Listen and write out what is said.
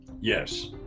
Yes